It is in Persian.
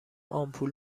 آمپول